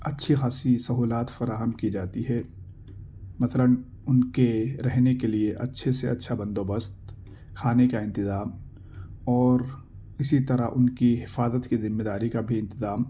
اچھی خاصی سہولیات فراہم کی جاتی ہے مثلاََ ان کے رہنے کے لیے اچھے سے اچھا بند و بست کھانے کا انتظام اور اسی طرح ان کی حفاظت کی ذمہ داری کا بھی انتظام